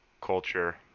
culture